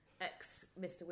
ex-Mr